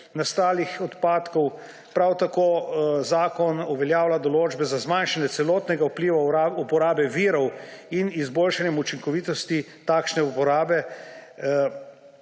nastalih odpadkov. Zakon uveljavlja tudi določbe za zmanjšanje celotnega vpliva uporabe virov in izboljšanje učinkovitosti takšne uporabe,